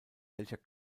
welcher